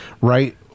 right